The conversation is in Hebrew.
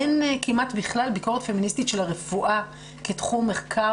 אין כמעט בכלל ביקורת פמיניסטית של הרפואה כתחום מחקר